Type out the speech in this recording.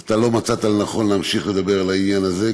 אז אתה לא מצאת לנכון להמשיך לדבר על העניין הזה,